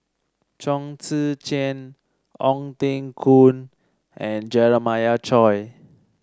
Chong Tze Chien Ong Teng Koon and Jeremiah Choy